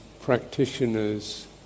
practitioners